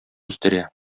үстерә